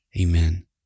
Amen